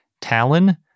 Talon